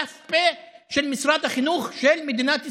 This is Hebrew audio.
ת"פ של משרד החינוך של מדינת ישראל.